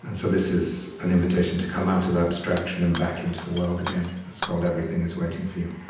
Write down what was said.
and so this is an invitation to come out of abstraction and back into the world again. it's called everything is waiting for you.